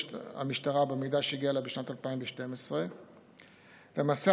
המשטרה במידע שהגיע אליה בשנת 2012. למעשה,